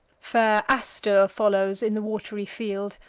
fair astur follows in the wat'ry field,